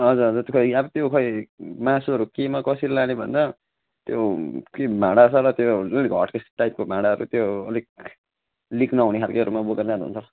हजुर हजुर त्यो खै अब त्यो खै मासुहरू केमा कसरी लाने भन्दा त्यो के भाँडासाँडा त्यो उयो हटकेस टाइपको भाँडाहरू त्यो अलिक लिक नहुने खाल्केहरूमा बोकेर लानुहुन्छ